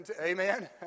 Amen